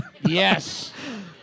Yes